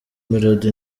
melody